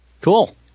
Cool